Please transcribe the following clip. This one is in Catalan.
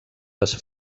les